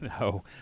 No